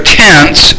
tense